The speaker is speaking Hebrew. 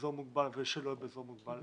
באזור מוגבל ושלא באזור מוגבל.